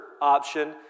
option